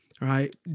right